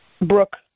Brooke